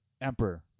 Emperor